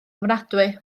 ofnadwy